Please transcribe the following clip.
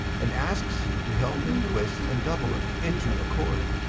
and asks you to help him twist and double it into a cord.